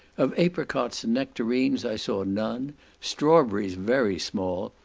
of apricots and nectarines i saw none strawberries very small,